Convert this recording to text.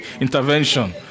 intervention